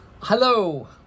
Hello